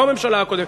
לא הממשלה הקודמת,